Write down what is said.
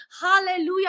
Hallelujah